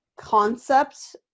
Concept